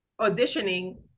auditioning